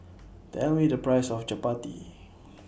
Tell Me The Price of Chapati